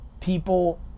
people